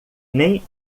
nem